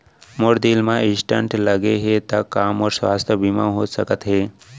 मोर दिल मा स्टन्ट लगे हे ता का मोर स्वास्थ बीमा हो सकत हे?